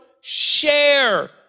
share